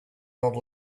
old